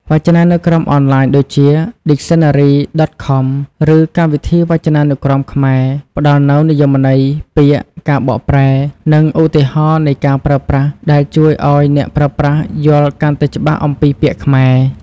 វចនានុក្រមអនឡាញដូចជា ឌីកសិនណារី ដត ខម ឬកម្មវិធីវចនានុក្រមខ្មែរ ផ្តល់នូវនិយមន័យពាក្យ ការបកប្រែ និងឧទាហរណ៍នៃការប្រើប្រាស់ ដែលជួយឱ្យអ្នកប្រើប្រាស់យល់កាន់តែច្បាស់អំពីពាក្យខ្មែរ។